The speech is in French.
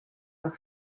par